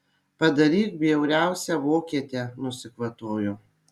padaryk bjauriausią vokietę nusikvatojo